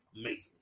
amazing